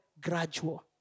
gradual